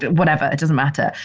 whatever. it doesn't matter.